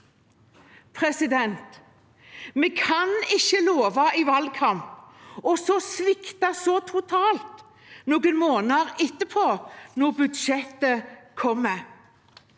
er stor. Vi kan ikke love i valgkamp og så svikte så totalt noen måneder etterpå, når budsjettet kommer.